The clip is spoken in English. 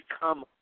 become